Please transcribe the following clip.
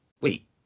wait